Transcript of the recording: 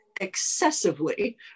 excessively